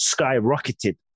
skyrocketed